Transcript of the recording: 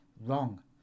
Wrong